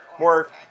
More